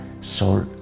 soul